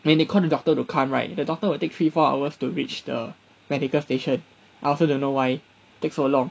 when they call the doctor to come right the doctor will take three four hours to reach the medical station I also don't know why take so long